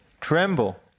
tremble